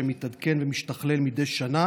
שמתעדכן ומשתכלל מדי שנה